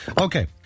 Okay